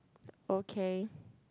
okay